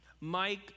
Mike